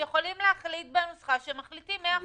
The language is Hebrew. הם יכולים להחליט בנוסחה שמחליפים 100% משרה של עובדים.